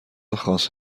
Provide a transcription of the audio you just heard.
خاص